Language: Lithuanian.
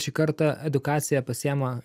šį kartą edukaciją pasiima